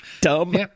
Dumb